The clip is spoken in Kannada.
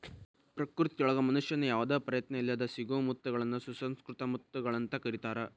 ಪ್ರಕೃತಿಯೊಳಗ ಮನುಷ್ಯನ ಯಾವದ ಪ್ರಯತ್ನ ಇಲ್ಲದ್ ಸಿಗೋ ಮುತ್ತಗಳನ್ನ ಸುಸಂಕೃತ ಮುತ್ತುಗಳು ಅಂತ ಕರೇತಾರ